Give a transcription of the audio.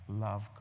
love